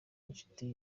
inshuti